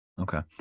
Okay